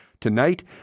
Tonight